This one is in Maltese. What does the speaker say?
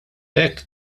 hekk